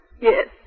Yes